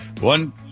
One